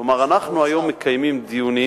כלומר, אנחנו מקיימים היום דיונים